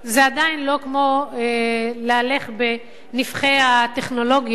זה עדיין לא כמו להלך בנבכי הטכנולוגיה,